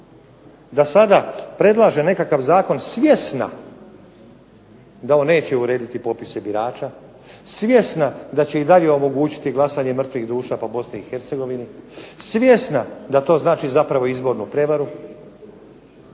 da sada predlaže nekakav zakon svjesna da on neće urediti popise birača, svjesna da će i dalje omogućiti glasanje mrtvih duša po BiH, svjesna da to znači zapravo izbornu prevaru